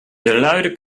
luide